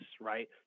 right